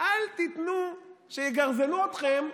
אל תיתנו שיגרזנו אתכם,